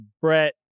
Brett